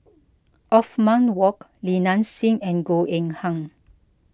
Othman Wok Li Nanxing and Goh Eng Han